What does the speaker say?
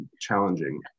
challenging